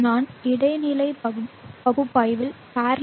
நான் இடைநிலை பகுப்பாய்வில் parallel